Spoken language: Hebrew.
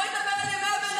בואי נדבר על ימי הביניים,